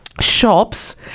shops